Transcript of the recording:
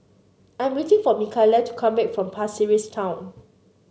I'm waiting for Mikaela to come back from Pasir Ris Town